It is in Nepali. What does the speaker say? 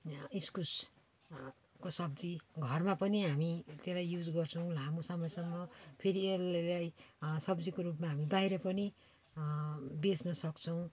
इस्कुस को सब्जी घरमा पनि हामी त्यसलाई युज गर्छौँ लामो समयसम्म फेरि यसलाई सब्जीको रूपमा हामी बाहिर पनि बेच्न सक्छौँ